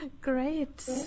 Great